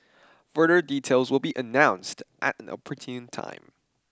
further details will be announced at an opportune time